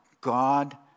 God